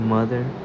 Mother